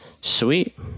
Sweet